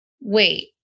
wait